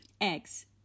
eggs